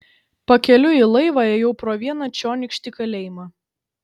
pakeliui į laivą ėjau pro vieną čionykštį kalėjimą